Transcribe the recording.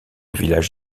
village